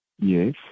Yes